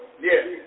Yes